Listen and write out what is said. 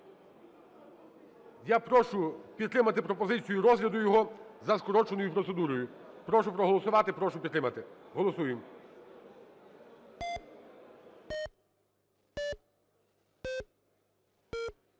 Я прошу підтримати пропозицію розгляду його за скороченою процедурою. Прошу проголосувати, прошу підтримати. Голосуємо.